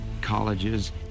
colleges